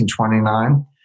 1929